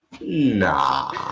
Nah